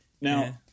Now